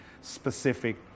specific